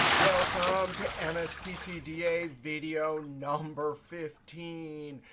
welcome to and msptda video number fifteen.